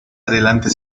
adelante